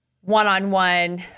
one-on-one